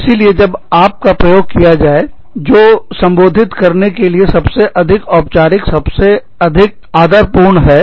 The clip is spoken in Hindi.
इसीलिए जब "आप "का प्रयोग किया जाए जो को संबोधित करने के लिए कि सबसे अधिक औपचारिकसबसे अधिक आदर पूर्ण है